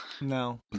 No